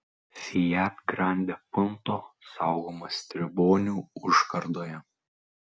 fiat grande punto saugomas tribonių užkardoje